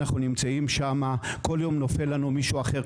אנחנו נמצאים שם וכול יום נופל לנו מישהו אחר,